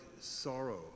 sorrow